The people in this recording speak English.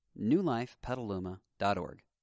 newlifepetaluma.org